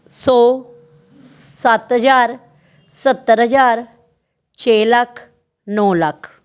ਸੌ ਸੱਤ ਹਜ਼ਾਰ ਸੱਤਰ ਹਜ਼ਾਰ ਛੇ ਲੱਖ ਨੌਂ ਲੱਖ